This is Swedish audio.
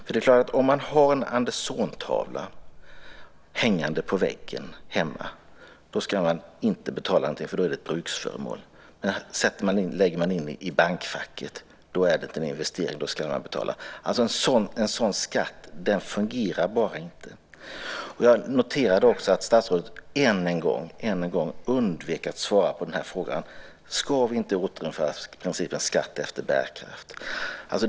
Om man har en tavla av Anders Zorn hängande hemma på väggen behöver man inte betala någon skatt eftersom den betraktas som ett bruksföremål. Men om man lägger tavlan i ett bankfack räknas det som en investering som man får betala skatt för. En sådan skatt fungerar bara inte. Jag noterar att statsrådet än en gång undvek att svara på frågan: Borde man inte återinföra principen skatt efter bärkraft?